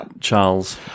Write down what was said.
Charles